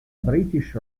british